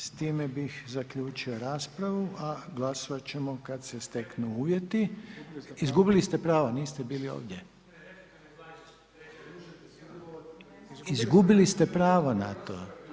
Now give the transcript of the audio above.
S time bih zaključio raspravu, a glasovat ćemo kad se steknu uvjeti. ... [[Upadica: ne čuje se.]] Izgubili ste pravo, niste bili ovdje. ... [[Upadica: ne čuje se.]] Izgubili ste pravo na to.